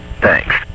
Thanks